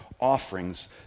offerings